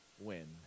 win